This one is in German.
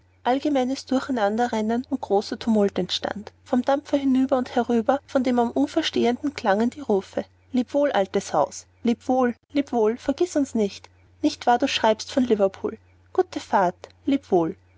allgemeines durcheinanderrennen und großer tumult entstand vom dampfer hinüber und herüber von den am ufer stehenden klangen die rufe leb wohl altes haus leb wohl leb wohl vergiß uns nicht nicht wahr du schreibst von liverpool gute fahrt leb wohl